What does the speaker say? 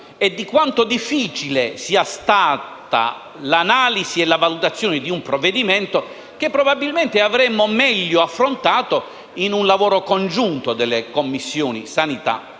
e quanto difficili siano state l'analisi e la valutazione di un provvedimento che, probabilmente, avremmo meglio affrontato in un lavoro congiunto delle Commissioni sanità